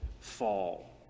fall